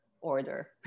order